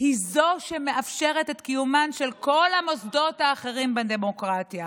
הוא שמאפשר את קיומם של כל המוסדות האחרים בדמוקרטיה.